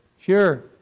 Sure